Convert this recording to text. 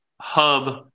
hub